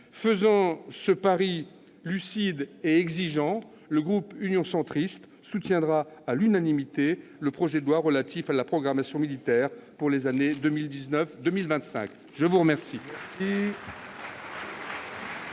Faisant ce pari lucide et exigeant, le groupe Union Centriste soutiendra à l'unanimité le projet de loi relatif à la programmation militaire pour les années 2019 à 2025. La parole